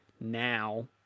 Now